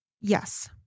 Yes